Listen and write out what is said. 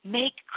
make